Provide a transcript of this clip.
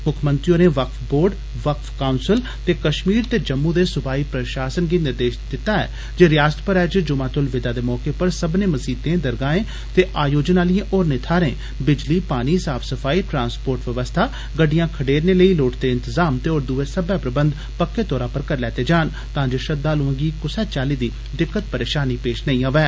मुक्खमंत्री होरें वक्फ बोर्ड वक्फ काउंसल ते कश्मीर ते जम्मू दे सुवाई प्रशासन गी निर्देश दिता ऐ जे रयासत भरै च जुमा तुल विदा दे मौके पर सब्बने मसीतें दरगाए ते आयोजन आलिए होरने थाहरे बिजली पानी साफ सफाई ट्रांस्पोर्ट व्यवस्था गड्डिया खडेरने लेई लोड़चदे इंतजाम ते होर दुए सब्बै प्रबन्ध पक्के तौरा पर करी लैते जान तां जे श्रद्धालुएं गी कुसै चाल्ली दी दिक्कत परेशानी पेश नेई आवै